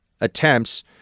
attempts